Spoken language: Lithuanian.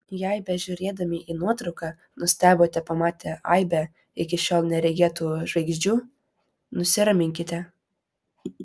jei bežiūrėdami į nuotrauką nustebote pamatę aibę iki šiol neregėtų žvaigždžių nusiraminkite